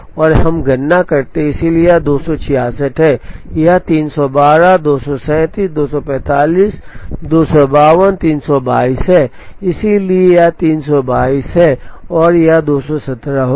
और हम गणना करते हैं इसलिए यह 266 है यह 312 237 245 252 322 है इसलिए यह 322 है और यह 217 होगा